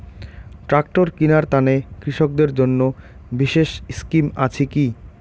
Tractor কিনার তানে কৃষকদের জন্য বিশেষ স্কিম আছি কি?